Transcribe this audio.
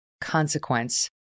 consequence